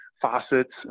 faucets